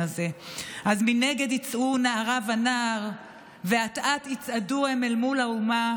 הזה: "אז מנגד יצאו / נערה ונער / ואט-אט יצעדו הם אל מול האומה.